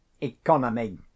Economy